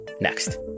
next